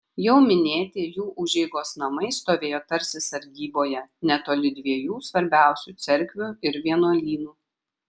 jau minėti jų užeigos namai stovėjo tarsi sargyboje netoli dviejų svarbiausių cerkvių ir vienuolynų